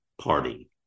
Party